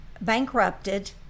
bankrupted